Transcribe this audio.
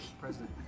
president